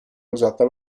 usata